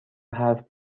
حرف